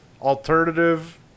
alternative